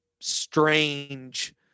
strange